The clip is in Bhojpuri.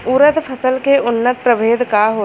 उरद फसल के उन्नत प्रभेद का होला?